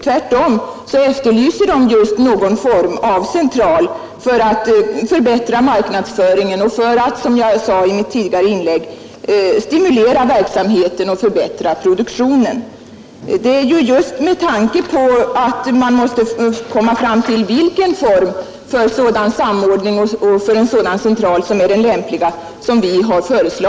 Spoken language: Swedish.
Tvärtom efterlyser de just någon form av central för att förbättra marknadsföringen och för att, som jag sade i mitt tidigare inlägg, stimulera verksamheten och förbättra produktionen. Vi har föreslagit en utredning just med tanke på att man måste komma fram till vilken form för en sådan central som är den lämpliga.